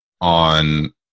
on